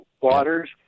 waters